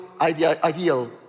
ideal